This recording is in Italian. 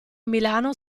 milano